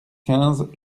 quinze